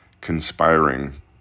conspiring